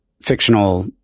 fictional